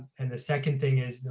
and the second thing is,